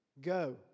Go